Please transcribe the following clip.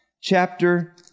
chapter